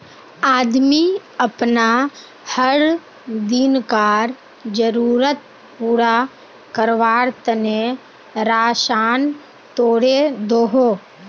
आदमी अपना हर दिन्कार ज़रुरत पूरा कारवार तने राशान तोड़े दोहों